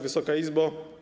Wysoka Izbo!